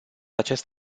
acest